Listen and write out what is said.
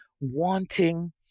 wanting